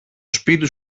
σπίτι